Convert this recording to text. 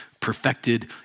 perfected